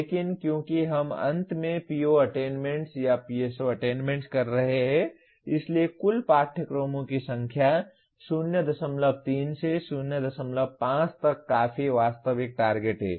लेकिन क्योंकि हम अंत में PO अटेन्मेंट्स या PSO अटेन्मेंट्स कर रहे हैं इसलिए कुल पाठ्यक्रमों की संख्या 03 से 05 तक काफी वास्तविक टारगेट है